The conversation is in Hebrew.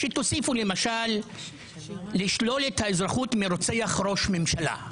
שתוסיפו למשל לשלול את האזרחות מרוצח ראש ממשלה.